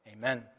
Amen